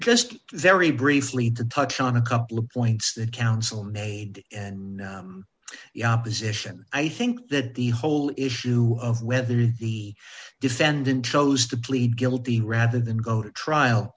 just very briefly to touch on a couple of points that counsel made and the opposition i think that the whole issue of whether the defendant chose to plead guilty rather than go to trial